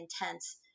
intense